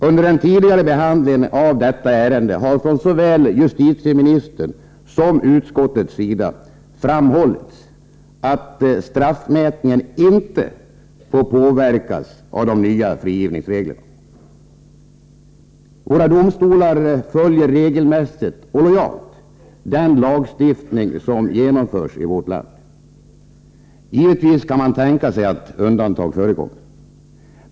Under den tidigare behandlingen av detta ärende har från såväl justitieministerns som utskottets sida framhållits att straffmätningen inte får påverkas av de nya frigivningsreglerna. Våra domstolar följer regelmässigt och lojalt den lagstiftning som genomförs i vårt land. Givetvis kan man tänka sig att undantag förekommer.